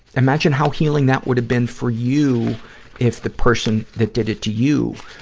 imagine how healing that would have been for you if the person that did it to you,